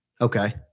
Okay